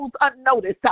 unnoticed